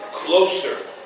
Closer